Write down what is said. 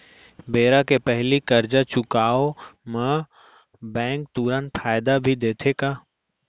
बेरा के पहिली करजा चुकोय म बैंक तुरंत फायदा भी देथे का?